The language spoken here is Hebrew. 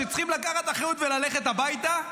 שצריכים לקחת אחריות וללכת הביתה,